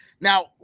Now